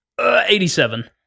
87